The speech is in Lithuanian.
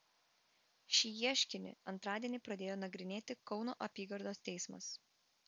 šį ieškinį antradienį pradėjo nagrinėti kauno apygardos teismas